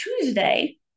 Tuesday